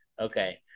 Okay